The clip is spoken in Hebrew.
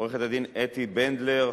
עורכת-הדין אתי בנדלר,